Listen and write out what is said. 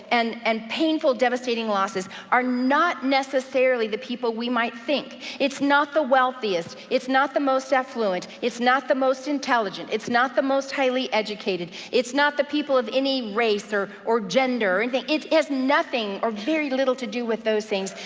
and and painful devastating losses, are not necessarily the people we might think. it's not the wealthiest. it's not the most affluent. it's not the most intelligent. it's not the most highly educated. it's not the people of any race, or or gender, or and anything. it has nothing, or very little to do with those things.